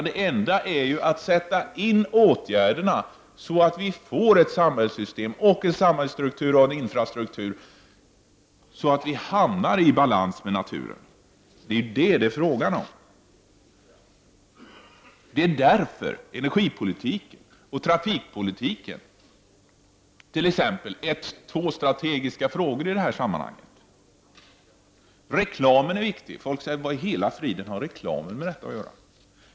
Det enda är att sätta in åtgärder som gör att vi får ett samhällssystem, en samhällsstruktur och en infrastruktur i balans med naturen. Det är detta det är fråga om. Energipolitik och trafikpolitik är två strategiska frågor i detta sammanhang. Reklam är viktig. Folk säger: Vad i hela friden har reklamen med detta att göra?